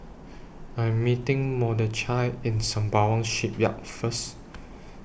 I Am meeting Mordechai At Sembawang Shipyard First